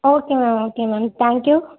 okay ma'am okay ma'am thank you